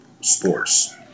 sports